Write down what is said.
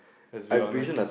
has be honest